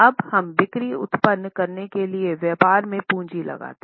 अब हम बिक्री उत्पन्न करने के लिए व्यापार में पूँजी लगाते हैं